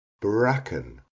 Bracken